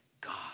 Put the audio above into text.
God